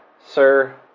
sir